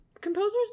composers